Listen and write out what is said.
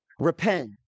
repent